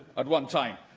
at one time.